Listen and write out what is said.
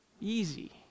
easy